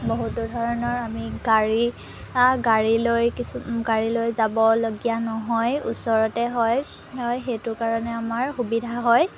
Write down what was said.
বহুতো ধৰণৰ আমি গাড়ী গাড়ীলৈ কিছু গাড়ীলৈ যাবলগীয়া নহয় ওচৰতে হয় সেইটো কাৰণে আমাৰ সুবিধা হয়